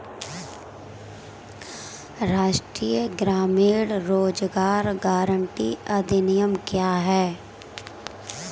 राष्ट्रीय ग्रामीण रोज़गार गारंटी अधिनियम क्या है?